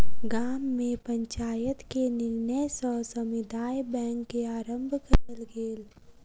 गाम में पंचायत के निर्णय सॅ समुदाय बैंक के आरम्भ कयल गेल